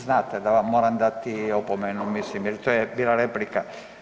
Znate da vam moram dati opomenu, mislim jer to je bila replika.